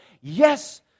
yes